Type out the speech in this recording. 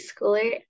schooler